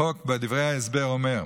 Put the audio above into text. בחוק, בדברי ההסבר, נאמר: